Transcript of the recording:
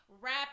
rap